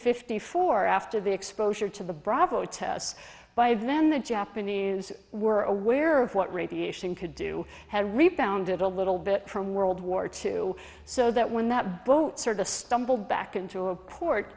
fifty four after the exposure to the bravo tests by then the japanese were aware of what radiation could do had rebounded a little bit from world war two so that when that boat sort of stumbled back into a port